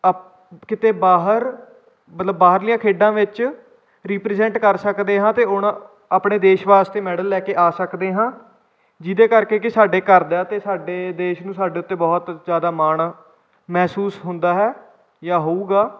up ਕਿਤੇ ਬਾਹਰ ਮਤਲਬ ਬਾਹਰਲੀਆਂ ਖੇਡਾਂ ਵਿੱਚ ਰਿਪ੍ਰਜੈਂਟ ਕਰ ਸਕਦੇ ਹਾਂ ਅਤੇ ਉਹਨਾਂ ਆਪਣੇ ਦੇਸ਼ ਵਾਸਤੇ ਮੈਡਲ ਲੈ ਕੇ ਆ ਸਕਦੇ ਹਾਂ ਜਿਹਦੇ ਕਰਕੇ ਕਿ ਸਾਡੇ ਘਰਦਿਆਂ ਅਤੇ ਸਾਡੇ ਦੇਸ਼ ਨੂੰ ਸਾਡੇ ਉੱਤੇ ਬਹੁਤ ਜ਼ਿਆਦਾ ਮਾਣ ਮਹਿਸੂਸ ਹੁੰਦਾ ਹੈ ਜਾਂ ਹੋਊਗਾ